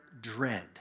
dread